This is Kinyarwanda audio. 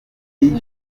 bishe